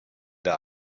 der